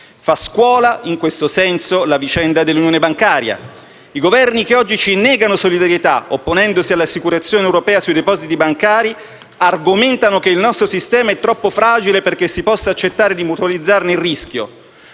Fa scuola, in questo senso, la vicenda dell'Unione bancaria. I Governi che oggi ci negano solidarietà, opponendosi all'assicurazione europea sui depositi bancari, argomentano che il nostro sistema è troppo fragile perché si possa accettare di mutualizzarne il rischio.